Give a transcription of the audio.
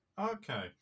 Okay